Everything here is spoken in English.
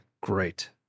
great